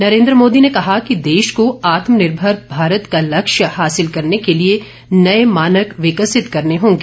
नरेन्द्र मोदी ने कहा कि देश को आत्मनिर्भर भारत का लक्ष्य हासिल करने के लिए नए मानक विकसित करने होंगे